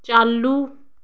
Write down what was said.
चालू